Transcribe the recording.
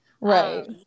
Right